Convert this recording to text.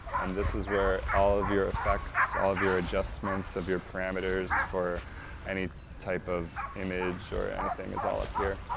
and this is where all of your effects, all of your adjustments of your parameters for any type of image, or anything is all up here.